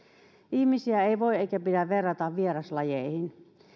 ihmisiä ei voi eikä pidä verrata vieraslajeihin